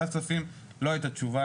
בוועדת הכספים לא היתה תשובה,